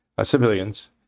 civilians